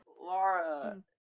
Laura